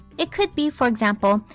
it could be, for example,